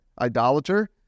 idolater